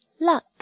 luck